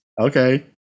okay